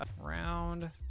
Round